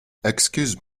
excuse